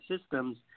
systems